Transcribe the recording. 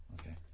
okay